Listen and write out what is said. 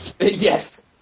Yes